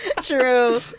True